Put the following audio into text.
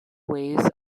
waves